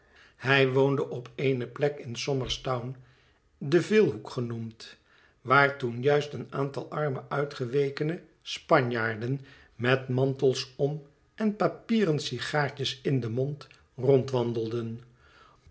hij woonde op eene plek insomerstown de veelhoek genoemd waar toen juist een aantal arme uitgewekene spanjaarden met mantels om en papieren sigaartjes in den mond rondwandelden